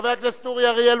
חבר הכנסת אורי אריאל,